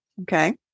Okay